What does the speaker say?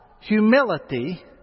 humility